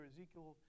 Ezekiel